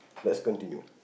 let's continue